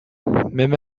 même